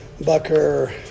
Bucker